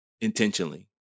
intentionally